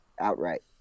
outright